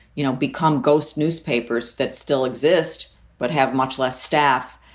you know become ghost newspapers that still exist but have much less staff.